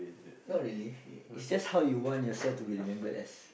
not really it's just how you want yourself to be remembered as